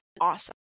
awesome